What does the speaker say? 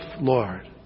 Lord